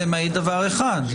למעט דבר אחד,